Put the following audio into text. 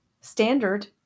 standard